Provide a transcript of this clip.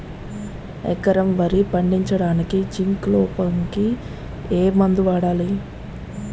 ఎకరం వరి పండించటానికి జింక్ లోపంకి ఏ మందు వాడాలి?